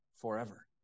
forever